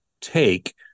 take